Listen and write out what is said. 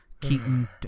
Keaton